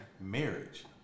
marriage